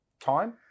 time